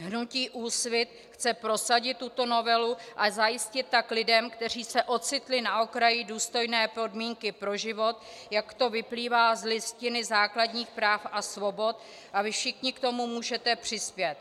Hnutí Úsvit chce prosadit tuto novelu a zajistit tak lidem, kteří se ocitli na okraji, důstojné podmínky pro život, jak to vyplývá z Listiny základních práv a svobod, a vy všichni k tomu můžete přispět.